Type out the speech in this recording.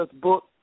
book